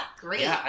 Great